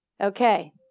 Okay